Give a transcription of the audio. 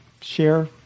share